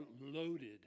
loaded